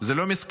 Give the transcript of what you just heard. זה לא מספר.